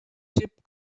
ship